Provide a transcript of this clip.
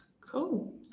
Cool